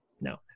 no